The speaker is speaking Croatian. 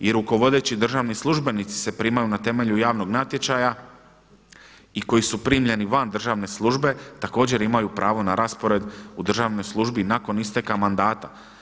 I rukovodeći državni službenici se primaju na temelju javnog natječaja i koji su primljeni van državne službe, također imaju pravo na raspored u državnoj službi nakon isteka mandata.